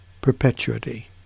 perpetuity